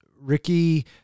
Ricky